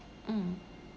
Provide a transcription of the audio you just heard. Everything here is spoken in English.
mm